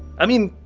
i mean.